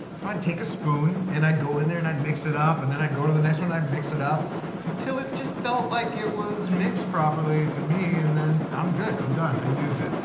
so i'd take a spoon and i'd go in there and i'd mix it up and then i'd go to the next one i'd mix it up until it just felt like it was mixed properly to me and then i'm good, i'm done, i used it.